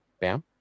Bam